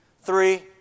three